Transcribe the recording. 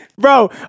bro